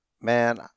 Man